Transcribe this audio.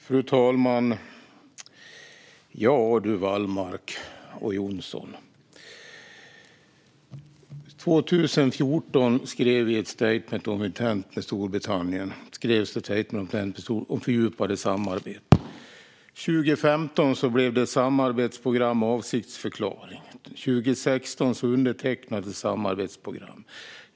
Fru talman! År 2014 skrevs ett Statement of Intent med Storbritannien om fördjupade samarbeten. År 2015 blev det ett samarbetsprogram och en avsiktsförklaring. År 2016 undertecknades samarbetsprogrammet.